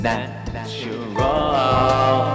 Natural